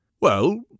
Well